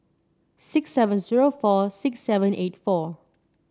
six seven zero four six seven eight four